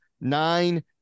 nine